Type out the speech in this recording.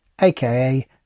aka